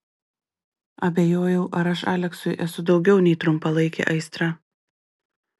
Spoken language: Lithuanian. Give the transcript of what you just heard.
abejojau ar aš aleksui esu daugiau nei trumpalaikė aistra